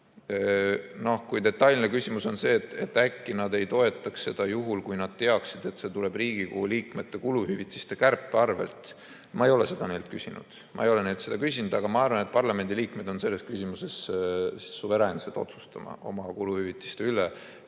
kui detailne küsimus on see, et äkki nad ei toetaks seda juhul, kui nad teaksid, et see tuleb Riigikogu liikmete kuluhüvitiste kärpe abil. Ma ei ole seda neilt küsinud. Ma ei ole neilt seda küsinud, aga ma arvan, et parlamendiliikmed on suveräänsed otsustama oma kuluhüvitiste üle.